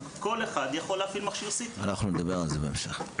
כל אחד יכול להפעיל מכשיר CT. אנחנו נדבר על זה בהמשך.